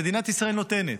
שמדינת ישראל נותנת,